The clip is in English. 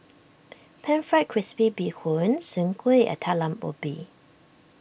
Pan Fried Crispy Bee Hoon Soon Kueh and Talam Ubi